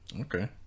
Okay